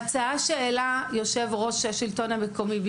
לסרב להצעה שהעלה יושב ראש השלטון המקומי,